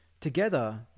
together